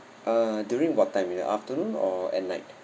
uh during what time in the afternoon or at night